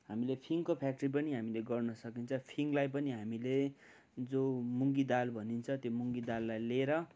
हामीले फिङ्गको फ्याक्ट्री पनि हामीले गर्नु सकिन्छ र फिङ्गलाई पनि हामीले जो मुँगी दाल भनिन्छ त्यो मुँगी दाललाई ल्याएर